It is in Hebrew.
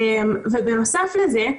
ובנוסף לזה,